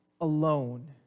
alone